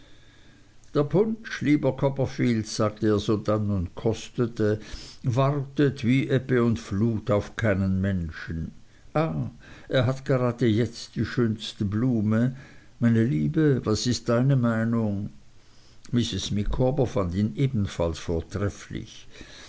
der punsch lieber copperfield sagte er sodann und kostete wartet wie ebbe und flut auf keinen menschen ah er hat gerade jetzt die schönste blume meine liebe was ist deine meinung mrs micawber fand ihn ebenfalls vortrefflich